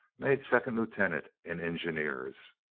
made second-lieutenant in engineers.